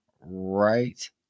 right